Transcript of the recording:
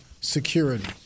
security